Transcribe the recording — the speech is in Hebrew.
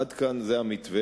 עד כאן זה המתווה.